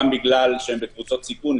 גם בגלל שהם בקבוצות סיכון,